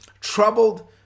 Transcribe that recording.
troubled